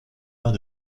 arts